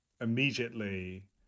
immediately